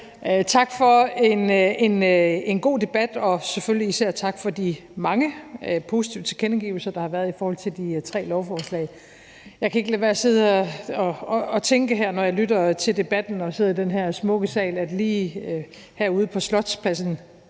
Tak for en god debat, og selvfølgelig især tak for de mange positive tilkendegivelser, der har været i forhold til de tre lovforslag. Jeg kan ikke lade være med at sidde og tænke, når jeg lytter til debatten her og sidder i den her smukke sal, at lige herude på Slotspladsen